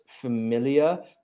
familiar